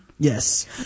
yes